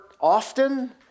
often